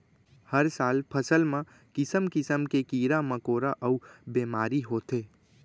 हर साल फसल म किसम किसम के कीरा मकोरा अउ बेमारी होथे